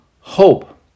hope